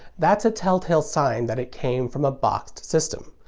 that's a tell-tale sign that it came from a boxed system.